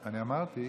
אני אמרתי.